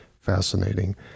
fascinating